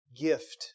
gift